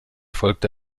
folgte